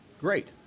Great